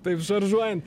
taip šaržuojant